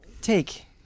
take